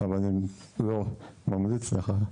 אבל אני ממליץ לך,